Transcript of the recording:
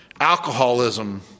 alcoholism